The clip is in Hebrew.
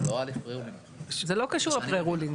זה לא קשור ה"פרה-רולינג".